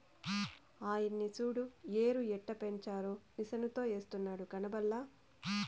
ఆయన్ని సూడు ఎరుయెట్టపెంచారో మిసనుతో ఎస్తున్నాడు కనబల్లా